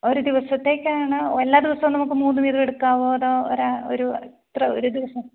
ഒരു ദിവസത്തേക്കാണോ എല്ലാ ദിവസവും നമുക്ക് മൂന്ന് വീതമെടുക്കാവോ അതോ ഒരു എത്ര ഒരു ദിവസം